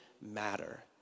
matter